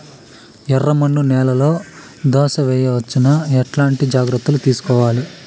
ఎర్రమన్ను నేలలో దోస వేయవచ్చునా? ఎట్లాంటి జాగ్రత్త లు తీసుకోవాలి?